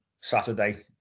Saturday